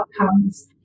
outcomes